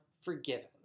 forgiven